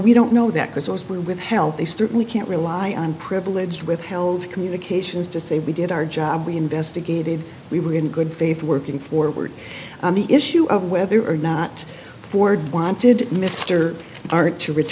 we don't know that because those were withheld they certainly can't rely on privileged withheld communications to say we did our job we investigated we were in good faith working forward on the issue of whether or not ford wanted mr hart to r